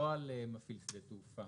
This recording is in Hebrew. לא על מפעיל שדה תעופה,